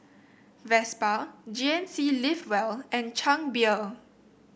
Vespa G N C Live Well and Chang Beer